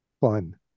fun